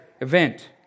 event